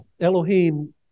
Elohim